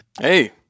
Hey